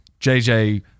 JJ